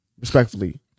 Respectfully